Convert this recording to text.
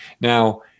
Now